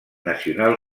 nacional